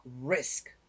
risk